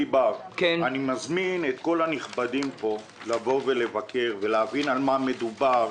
אני מזמין את כל הנכבדים פה לבוא ולבקר כדי להבין על מה מדובר.